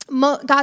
God